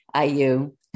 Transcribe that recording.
IU